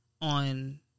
on